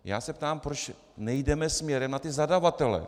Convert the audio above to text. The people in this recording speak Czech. Já se ptám, proč nejdeme směrem na zadavatele.